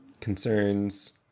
Concerns